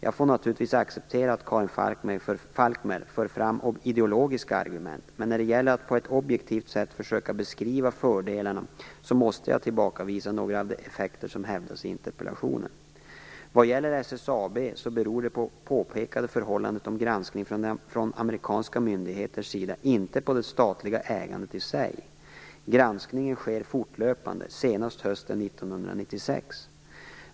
Jag får naturligtvis acceptera att Karin Falkmer för fram ideologiska argument, men vad gäller en objektiv beskrivning av fördelarna måste jag tillbakavisa påståendena avseende några av de effekter som hävdas i interpellationen. Vad gäller SSAB beror det påpekade förhållandet om granskning från amerikanska myndigheters sida inte på det statliga ägandet i sig. Granskningen har skett och sker fortlöpande, senast hösten 1996.